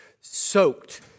soaked